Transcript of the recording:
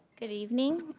good evening.